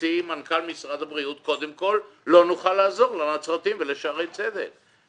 הוציא מנכ"ל משרד הבריאות קודם כל שלא יוכלו לעזור לנצרתיים ולשערי צדק.